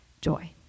joy